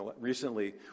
recently